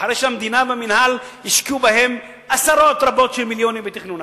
אחרי שהמדינה והמינהל השקיעו עשרות רבות של מיליונים בתכנונם.